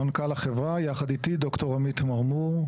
מנכ"ל החברה יחיד איתי דוקטור עמית מרמור,